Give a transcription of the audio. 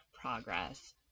progress